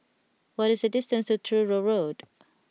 what is the distance to Truro Road